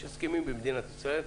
יש הסכמים במדינת ישראל,